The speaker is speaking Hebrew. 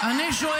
תוציא